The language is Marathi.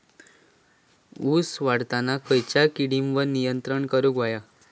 ऊस वाढताना खयच्या किडींवर नियंत्रण करुक व्हया?